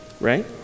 right